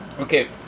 okay